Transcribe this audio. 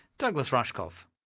douglas rushkoff.